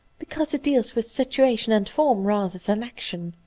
because it deals with situation and form rather than action.